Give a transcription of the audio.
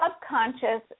subconscious